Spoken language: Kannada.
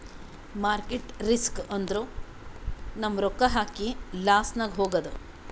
ಮಾರ್ಕೆಟ್ ರಿಸ್ಕ್ ಅಂದುರ್ ನಮ್ ರೊಕ್ಕಾ ಹಾಕಿ ಲಾಸ್ನಾಗ್ ಹೋಗದ್